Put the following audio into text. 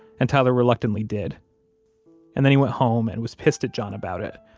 and tyler reluctantly did and then he went home and was pissed at john about it.